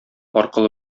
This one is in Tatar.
аркылы